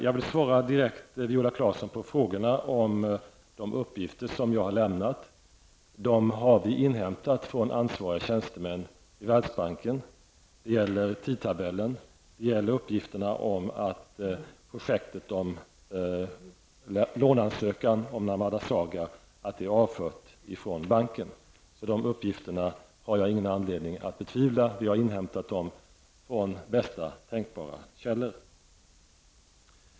Jag vill svara direkt på Viola Claessons frågor om de uppgifter som jag har lämnat. Dem har vi inhämtat från ansvariga tjänstemän i Värlsbanken. Det gäller tidtabellen, och det gäller uppgifterna om att låneansökan beträffande projektet Narmada Sagar är avförd från banken. Dessa uppgifter har jag ingen anledning att betvivla; vi har inhämtat dem från bästa tänkbara källor.